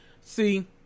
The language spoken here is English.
See